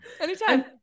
Anytime